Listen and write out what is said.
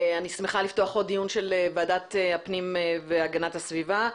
אני שמחה לפתוח עוד דיון של ועדת הפנים והגנת הסביבה.